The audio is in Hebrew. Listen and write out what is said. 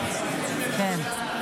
חבר הכנסת טופורובסקי, תודה.